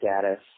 status